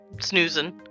snoozing